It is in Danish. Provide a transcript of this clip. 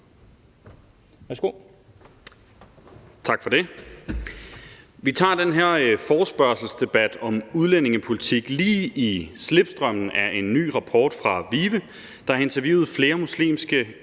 Tak for det. Vi tager den her forespørgselsdebat om udlændingepolitik lige i slipstrømmen af en ny rapport fra VIVE, der har interviewet flere muslimske